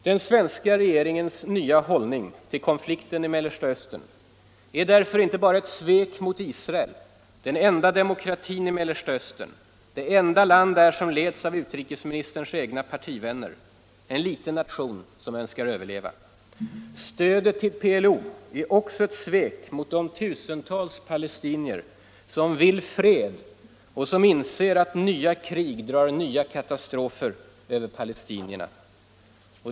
Den svenska regeringens nya hållning till konflikten i Mellersta Östern är därför inte bara ett svek mot Israel, den enda demokratin i Mellersta Östern, det enda land där som leds av utrikesministerns egna partivänner, en liten nation som önskar överleva. Stödet till PLO är också ett svek mot de tusentals palestinier som vill fred och som inser att nya krig drar nya katastrofer över palestinierna.